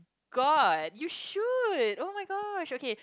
god you should oh-my-gosh okay